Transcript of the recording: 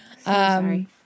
Sorry